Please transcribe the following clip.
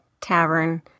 tavern